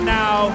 now